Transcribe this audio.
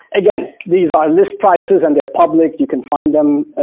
again, these are list prices and they're public. you can find them,